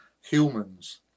humans